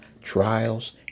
trials